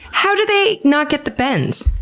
how do they not get the bends?